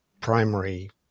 primary